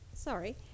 Sorry